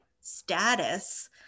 status